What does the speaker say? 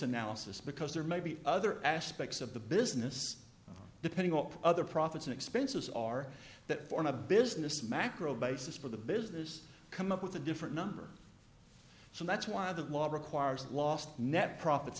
analysis because there may be other aspects of the business depending on other profits and expenses are that for a business macro basis for the business come up with a different number so that's why the law requires last net profits